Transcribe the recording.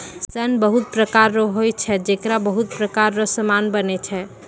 सन बहुत प्रकार रो होय छै जेकरा बहुत प्रकार रो समान बनै छै